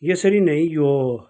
यसरी नै यो